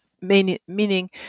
meaning